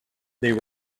there